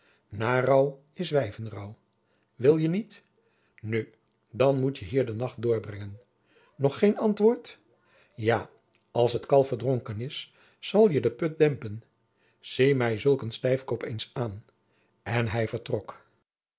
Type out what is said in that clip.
narouw is wijvenrouw wil je niet nu dan moet je hier de nacht doorbrengen nog geen antwoord ja als t kalf verdronken is zal je de put dempen zie mij zulk een stijfkop eens aan en hij vertrok